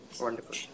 Wonderful